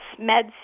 med